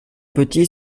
petits